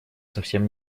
совсем